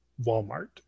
Walmart